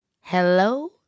Hello